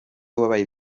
wabaye